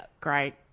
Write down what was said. great